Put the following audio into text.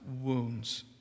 wounds